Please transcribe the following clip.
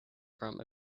from